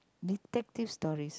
detective stories